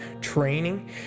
training